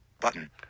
Button